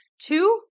two